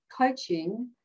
coaching